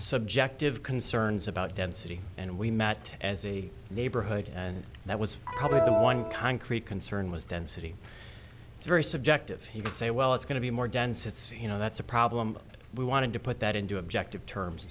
subjective concerns about density and we met as a neighborhood and that was probably one concrete concern was density is very subjective he would say well it's going to be more dense it's you know that's a problem we wanted to put that into objective terms